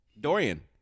Dorian